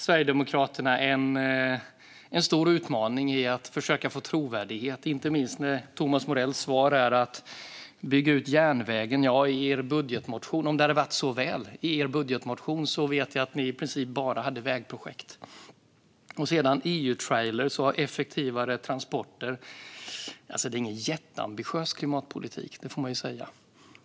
Sverigedemokraterna har en stor utmaning i att försöka få trovärdighet, inte minst när Thomas Morells svar är att bygga ut järnvägen. Om det ändå hade varit så väl, men jag vet att Sverigedemokraterna i sin budgetmotion i princip bara hade vägprojekt. Sedan är det EU-trailrar och effektivare transporter. Det är ingen jätteambitiös klimatpolitik, får man säga.